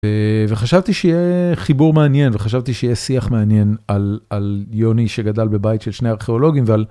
וחשבתי שיהיה חיבור מעניין וחשבתי שיהיה שיח מעניין על על יוני שגדל בבית של שני ארכיאולוגים ועל